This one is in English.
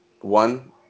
one